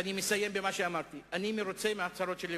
ואני מסיים במה שאמרתי: אני מרוצה מההצהרות של ליברמן.